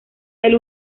del